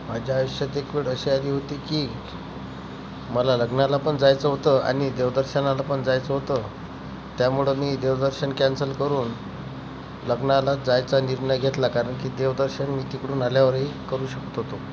माझ्या आयुष्यात एक वेळ अशी आली होती की मला लग्नालापण जायचं होतं आणि देवदर्शनालापन जायचं होतं त्यामुळं मी देवदर्शन कॅन्सल करून लग्नालाच जायचा निर्णय घेतला कारण की देवदर्शन मी तिकडून आल्यावरही करू शकत होतो